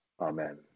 Amen